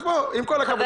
אז בוא, עם כל הכבוד.